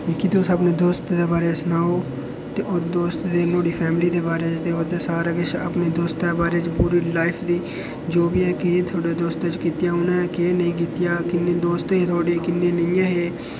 मिगी तुस अपने दोस्तें दे बारे ई सनाओ ते ओह् दोस्त ते नुहाड़ी फैमिली दे बारे च ते ओह्दे सारा किश अपने दोस्त दे बारे च अपनी पूरी लाईफ दी जो किश बी ऐ जो बी है कि थुआढ़े दोस्ते कीतियां उनें केह् नेईं कीतियां किन्ने दोस्त हे थुआढ़े किन्ने नेईं ऐहे